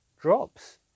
drops